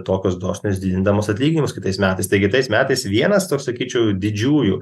tokios dosnios didindamos atlyginimus kitais metais tai kitais metais vienas toks sakyčiau didžiųjų